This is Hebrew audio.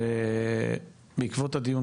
בעקבות הדיון,